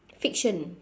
fiction